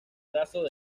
brazo